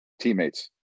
teammates